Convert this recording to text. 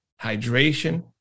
hydration